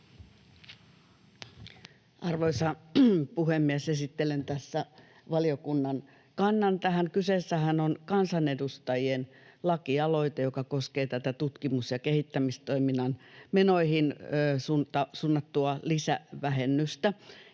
Arvoisa puhemies! Esittelen tässä valiokunnan kannan tähän. Kyseessähän on kansanedustajien lakialoite, joka koskee tutkimus- ja kehittämistoiminnan menoihin suunnattua lisävähennystä.